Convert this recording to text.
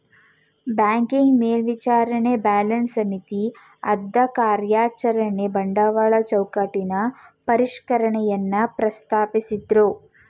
banking ಮೇಲ್ವಿಚಾರಣೆ Basel ಸಮಿತಿ ಅದ್ರಕಾರ್ಯಚರಣೆ ಬಂಡವಾಳ ಚೌಕಟ್ಟಿನ ಪರಿಷ್ಕರಣೆಯನ್ನ ಪ್ರಸ್ತಾಪಿಸಿದ್ದ್ರು